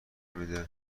میده